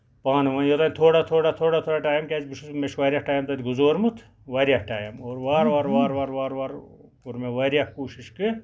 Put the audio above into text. پانہٕ ؤنۍ اَگر تھوڑا تھوڑا تھوڑا تھوڑا ٹایم کیازِ مےٚ چھُ واریاہ ٹایم تَتہِ گُزورمُت واریاہ ٹایم اور وارٕ وارٕ کوٚر مےٚ واریاہ کوٗشِش کہِ